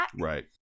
Right